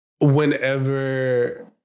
Whenever